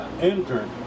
entered